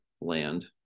land